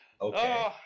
Okay